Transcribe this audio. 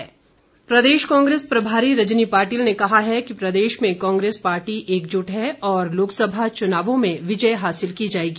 कांग्रेस प्रदेश कांग्रेस प्रभारी रजनी पाटिल ने कहा है कि प्रदेश में कांग्रेस पार्टी एकजुट है और लोकसभा चुनावों में विजय हासिल की जाएगी